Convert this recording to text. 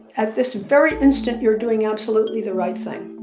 at this very instant, you're doing absolutely the right thing,